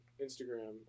instagram